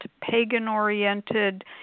pagan-oriented